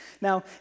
Now